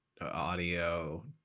audio